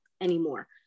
anymore